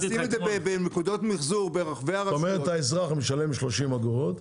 כלומר האזרח משלם 30 אגורות,